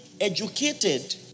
educated